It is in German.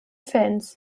fans